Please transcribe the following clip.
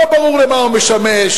לא ברור למה הוא משמש,